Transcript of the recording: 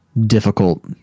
difficult